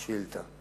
השאילתא.